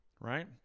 right